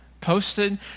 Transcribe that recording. posted